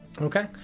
okay